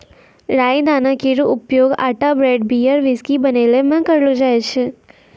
राई दाना केरो उपयोग आटा ब्रेड, बियर, व्हिस्की बनैला म करलो जाय छै